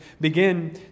begin